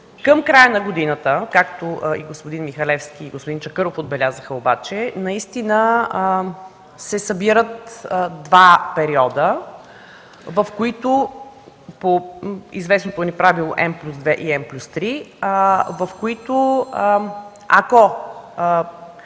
Към края на годината, както и господин Михалевски и господин Чакъров отбелязаха обаче наистина се събират два периода, в които по известното ни правило N+2 и N+3, в които, ако